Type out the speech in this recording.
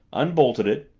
unbolted it,